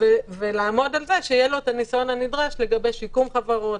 ולעמוד על זה שיהיה לו את הניסיון הנדרש לגבי שיקום חברות,